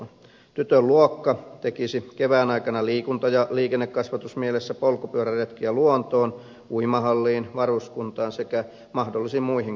tytön luokka tekisi kevään aikana liikunta ja liikennekasvatusmielessä polkupyöräretkiä luontoon uimahalliin varuskuntaan sekä mahdollisiin muihin kohteisiin